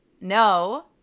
No